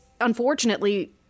unfortunately